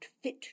fit